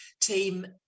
team